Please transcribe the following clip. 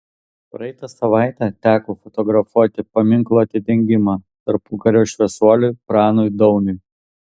praeitą savaitę teko fotografuoti paminklo atidengimą tarpukario šviesuoliui pranui dauniui